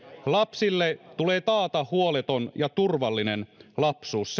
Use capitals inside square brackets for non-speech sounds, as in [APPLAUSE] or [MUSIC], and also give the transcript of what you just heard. lapsille tulee taata huoleton ja turvallinen lapsuus [UNINTELLIGIBLE]